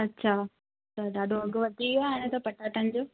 अछा त ॾाढो अघु वधी वियो आहे हाणे त पटाटनि जो